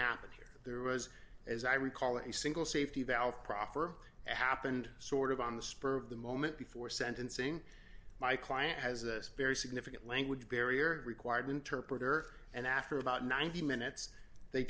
happen here there was as i recall a single safety valve proffer it happened sort of on the spur of the moment before sentencing my client has a very significant language barrier required interpreter and after about ninety minutes they